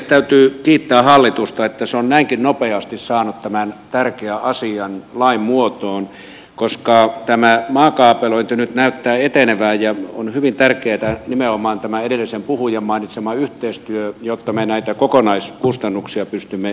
täytyy kiittää hallitusta että se on näinkin nopeasti saanut tämän tärkeän asian lain muotoon koska tämä maakaapelointi nyt näyttää etenevän ja on hyvin tärkeää nimenomaan tämä edellisen puhujan mainitsema yhteistyö jotta me näitä kokonaiskustannuksia pystymme säästämään